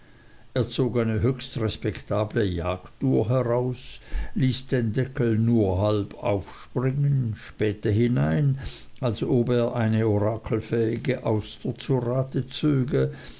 zog eine höchst respektable jagduhr heraus ließ den deckel nur halb aufspringen spähte hinein als ob er eine orakelfähige auster zu rate zöge